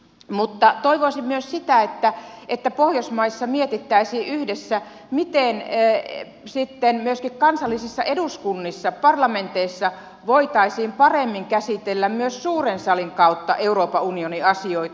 mutta toivoisin myös sitä että pohjoismaissa mietittäisiin yhdessä miten sitten myöskin kansallisissa eduskunnissa parlamenteissa voitaisiin paremmin käsitellä myös suuren salin kautta euroopan unionin asioita